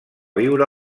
viure